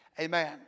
Amen